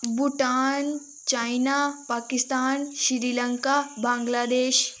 Bhutan China Pakistan Sri Lanka Bangladesh